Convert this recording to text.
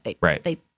Right